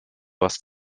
hast